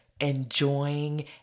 enjoying